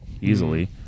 easily